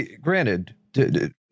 granted